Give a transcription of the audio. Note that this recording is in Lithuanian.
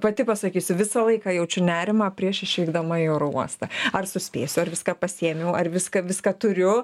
pati pasakysiu visą laiką jaučiu nerimą prieš išvykdama į oro uostą ar suspėsiu ar viską pasiėmiau ar viską viską turiu